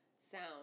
sound